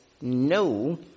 no